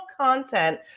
content